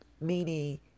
Meaning